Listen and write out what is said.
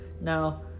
Now